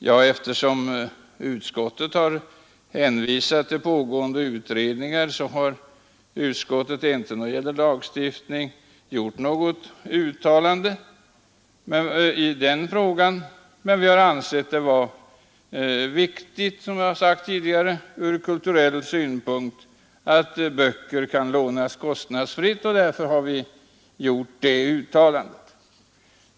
Ja, eftersom utskottet hänvisat till pågående utredningar, så har utskottet när det gäller lagstiftning inte gjort något uttalande. Men vi har ansett det vara viktigt, som jag sagt tidigare, ur kulturell synpunkt att böcker kan lånas kostnadsfritt, och därför har vi uttalat oss om den saken.